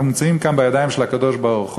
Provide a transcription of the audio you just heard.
אנחנו נמצאים כאן בידיים של הקדוש-ברוך-הוא.